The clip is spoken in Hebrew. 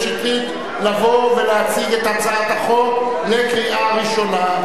שטרית לבוא ולהציג את הצעת החוק לקריאה ראשונה.